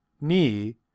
Knee